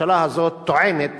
הממשלה הזאת טוענת